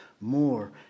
more